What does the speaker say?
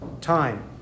time